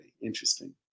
Interesting